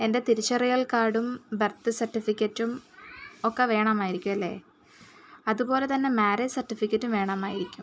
എൻ്റെ തിരിച്ചറിയൽ കാർഡും ബർത്ത് സർട്ടിഫിക്കറ്റും ഒക്കെ വേണമായിരിക്കും അല്ലേ അതുപോലെ തന്നെ മ്യാരേജ് സർട്ടിഫിക്കറ്റും വേണമായിരിക്കും